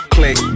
Click